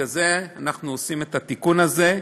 ובגלל זה אנחנו עושים את התיקון הזה: